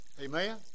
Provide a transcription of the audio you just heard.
Amen